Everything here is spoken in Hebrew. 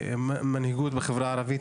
מנהיגות החברה הערבית,